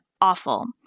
Awful